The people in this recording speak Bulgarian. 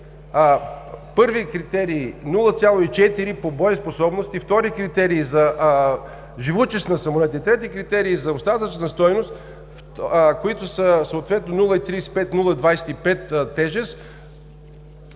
първият критерий 0,4 по боеспособност и вторият критерий за живучест на самолетите, трети критерий за остатъчна стойност, които са съответно 0,35 и 0,25 тежест,